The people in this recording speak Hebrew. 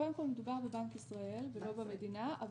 קודם כל, מדובר בבנק ישראל ולא במדינה.